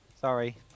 Sorry